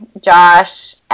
Josh